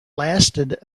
lasted